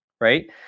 right